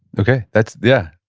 okay, that's, yeah